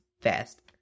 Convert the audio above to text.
fast